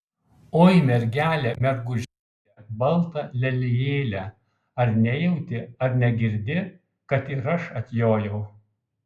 oi mergele mergužėle balta lelijėle ar nejauti ar negirdi kad ir aš atjojau